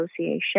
association